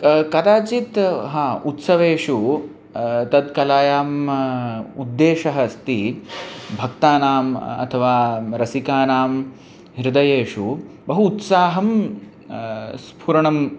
का कदाचित् हा उत्सवेषु तत्कलायाम् उद्देशः अस्ति भक्तानाम् अथवा रसिकानां हृदयेषु बहु उत्साहः स्फुरणम्